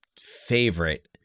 favorite